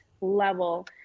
level